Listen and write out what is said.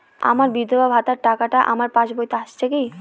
আমার বিধবা ভাতার টাকাটা আমার পাসবইতে এসেছে কি?